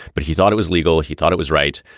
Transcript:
but he thought it was legal. he thought it was right.